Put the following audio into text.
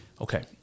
Okay